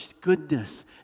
goodness